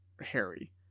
Harry